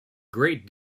great